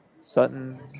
Sutton